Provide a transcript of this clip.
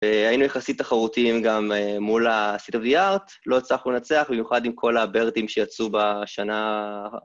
והיינו יחסית תחרותיים גם מול ה-CWR, לא הצלחנו לנצח, במיוחד עם כל הבירדים שיצאו בשנה...